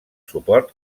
suport